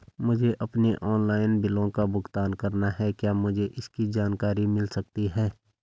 मुझे अपने ऑनलाइन बिलों का भुगतान करना है क्या मुझे इसकी जानकारी मिल सकती है?